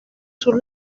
sus